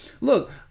look